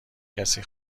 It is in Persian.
کسی